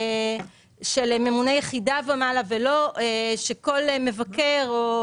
של ממונה יחידה ומעלה ולא שכל מבקר או